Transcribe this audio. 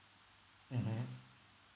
mmhmm